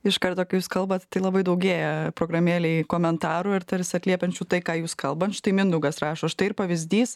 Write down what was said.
iš karto kai jūs kalbat labai daugėja programėlėj komentarų ir tarsi atliepiančių tai ką jūs kalbat štai mindaugas rašo štai pavyzdys